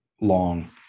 long